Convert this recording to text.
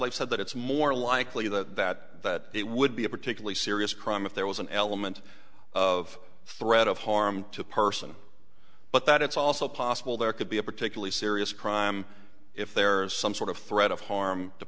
life said that it's more likely that that that it would be a particularly serious crime if there was an element of threat of harm to a person but that it's also possible there could be a particularly serious crime if there is some sort of threat of harm t